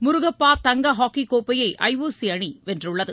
முருகப்பாதங்கஹாக்கிக் கோப்பையை ஐ ஓ சிஅணிவென்றுள்ளது